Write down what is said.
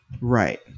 Right